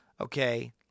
okay